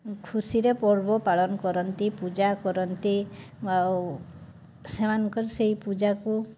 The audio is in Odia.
ଖୁସିରେ ପର୍ବ ପାଳନ କରନ୍ତି ପୂଜା କରନ୍ତି ଆଉ ସେମାନଙ୍କର ସେଇ ପୂଜାକୁ